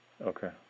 Okay